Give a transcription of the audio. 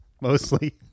mostly